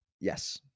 Yes